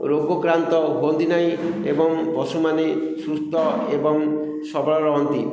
ରୋଗକ୍ରାନ୍ତ ହୁଅନ୍ତି ନାହିଁ ଏବଂ ପଶୁମାନେ ସୁସ୍ଥ ଏବଂ ସବଳ ରହନ୍ତି